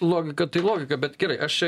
logika tai logika bet gerai aš čia